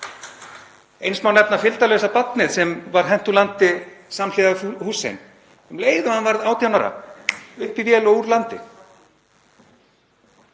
Eins má nefna fylgdarlausa barnið sem var hent úr landi samhliða Hussein um leið og hann varð 18 ára, upp í vél og úr landi.